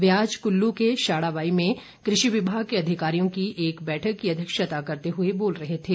वे आज कल्लू के शाढ़ाबाई में कृषि विभाग के अधिकारियों की एक बैठक की अध्यक्षता करते हुए बोल रहे थे